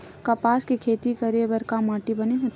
कपास के खेती करे बर का माटी बने होथे?